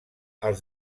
als